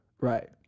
Right